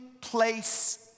place